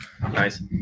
Nice